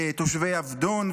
לתושבי עבדון,